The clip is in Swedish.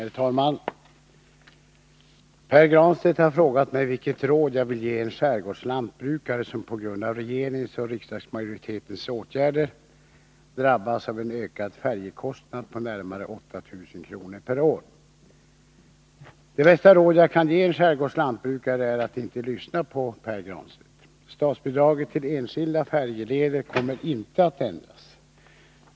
Herr talman! Pär Granstedt har frågat mig vilket råd jag vill ge en skärgårdslantbrukare som på grund av regeringens och riksdagsmajoritetens åtgärder drabbas av en ökad färjekostnad på närmare 8 000 kr. per år. Det bästa råd jag kan ge en skärgårdslantbrukare är att inte lyssna på Pär Granstedt. Statsbidraget till enskilda färjeleder kommer inte att ändras.